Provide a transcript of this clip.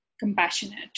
compassionate